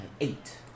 Eight